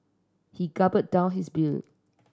he gulp down his beer